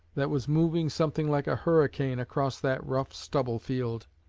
that was moving something like a hurricane across that rough stubble-field.